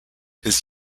his